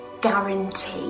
guarantee